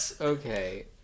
Okay